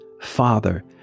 father